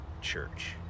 church